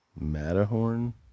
Matterhorn